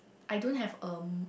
I don't have a